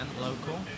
local